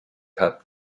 cup